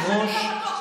אחת מתוך עשרות ועדות.